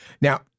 Now